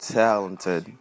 talented